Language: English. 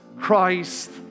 Christ